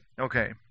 Okay